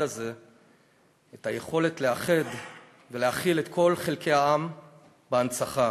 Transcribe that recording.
הזה את היכולת לאחד ולהכיל את כל חלקי העם בהנצחה,